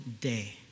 day